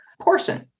portion